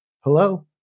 Hello